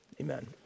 Amen